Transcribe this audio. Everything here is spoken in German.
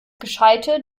gescheite